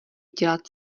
dělat